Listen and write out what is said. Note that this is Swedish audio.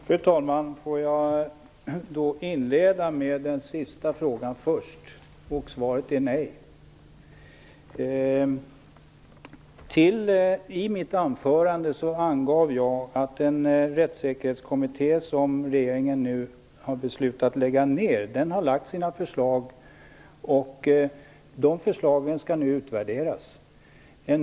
Fru talman! Låt mig besvara den sista frågan först. Svaret är nej. I mitt anförande angav jag att den rättssäkerhetskommitté som regeringen nu har beslutat lägga ned har fört fram sina förslag och att dessa förslag nu skall utvärderas.